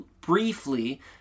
briefly